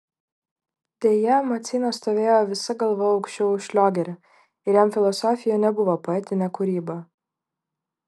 deja maceina stovėjo visa galva aukščiau už šliogerį ir jam filosofija nebuvo poetinė kūryba